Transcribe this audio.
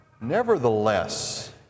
Nevertheless